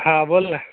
हा बोल ना